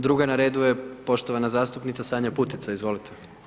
Druga na redu je poštovana zastupnica Sanja Putica, izvolite.